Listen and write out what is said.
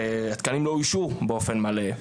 ותקנים לא אויישו באופן מלא.